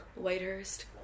Whitehurst